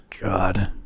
god